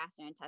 gastrointestinal